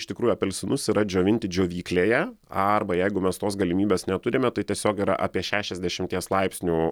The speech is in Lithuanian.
iš tikrųjų apelsinus yra džiovinti džiovyklėje arba jeigu mes tos galimybės neturime tai tiesiog yra apie šešiasdešimties laipsnių